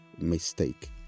Mistake